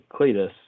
Cletus